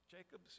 Jacob